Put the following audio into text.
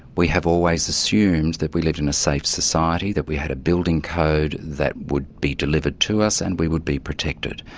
we have always assumed that we lived in a safe society, that we had a building code that would be delivered to us and we would be protected.